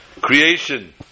creation